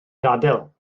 gadael